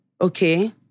Okay